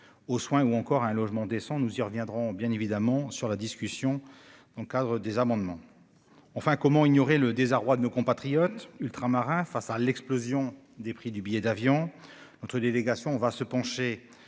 aux soins ou encore à un logement décent- nous y reviendrons lors de l'examen des amendements. Enfin, comment ignorer le désarroi de nos compatriotes ultramarins face à l'explosion des prix des billets d'avion ? Notre délégation va se pencher